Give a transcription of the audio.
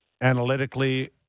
analytically